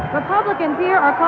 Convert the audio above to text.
republicans here are